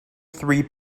three